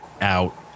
out